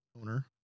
owner